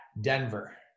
Denver